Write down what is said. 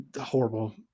horrible